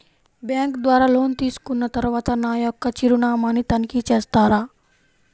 Bank ద్వారా loan తీసుకున్న తరువాత నా యొక్క చిరునామాని తనిఖీ చేస్తారా?